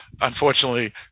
unfortunately